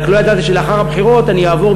רק לא ידעתי שלאחר הבחירות אני אעבור